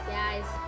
guys